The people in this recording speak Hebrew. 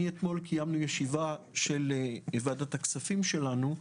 אתמול קיימנו ישיבה של ועדת הכספים שלנו,